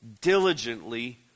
diligently